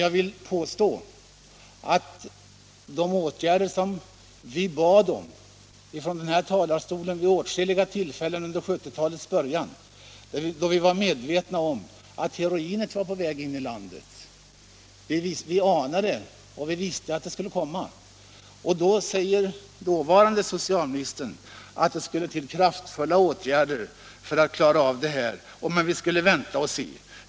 Jag vill påstå att det inte blev någonting av de åtgärder som vi har bett om från den här talarstolen vid åtskilliga tillfällen under 1970-talets början, sedan vi blivit medvetna om att heroinet var på väg in i landet — vi inte bara anade, utan vi visste att det skulle komma. Den dåvarande socialministern sade visserligen att det krävdes kraftfulla åtgärder för att vi skulle kunna klara av problemet men att vi ändå borde vänta och se.